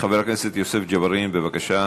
חבר הכנסת יוסף ג'בארין, בבקשה.